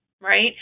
right